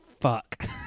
Fuck